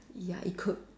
ya it could